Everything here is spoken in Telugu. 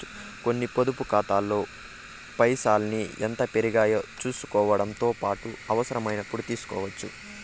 కొన్ని పొదుపు కాతాల్లో పైసల్ని ఎంత పెరిగాయో సూసుకోవడముతో పాటు అవసరమైనపుడు తీస్కోవచ్చు